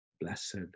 blessed